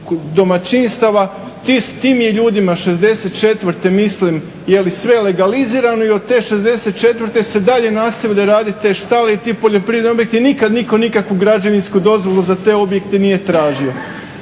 domaćinstava, tim je ljudima '64. mislim sve legalizirano i od te '64. se dalje nastavlja raditi te štale i ti poljoprivredni objekti i nitko nikada nikakvu građevinsku dozvolu za te objekte nije tražio.